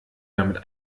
damit